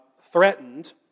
threatened